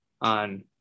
on